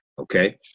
okay